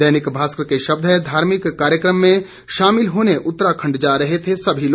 दैनिक भास्कर के शब्द हैं धार्मिक कार्यक्रम में शामिल होने उत्तराखंड जा रहे थे सभी लोग